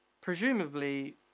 presumably